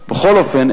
בכל אופן,